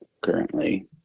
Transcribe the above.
currently